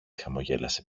χαμογέλασε